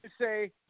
say